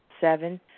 Seven